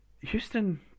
Houston